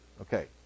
okay